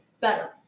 better